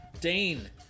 Dane